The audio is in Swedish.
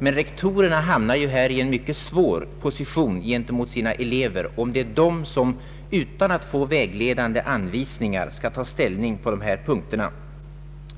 Men rektorerna råkar här in i en mycket svår position gentemot sina elever, om de utan att få vägledande anvisningar skall ta ställning till dessa frågor.